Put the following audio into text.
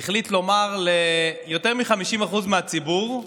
החליט לומר ליותר מ-50% מהציבור: